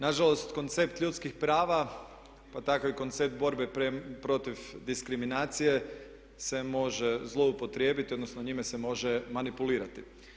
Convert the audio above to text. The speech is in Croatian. Nažalost koncept ljudskih prava pa tako i koncept borbe protiv diskriminacije se može zloupotrijebiti odnosno njime se može manipulirati.